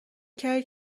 کردید